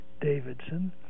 Davidson